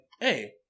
hey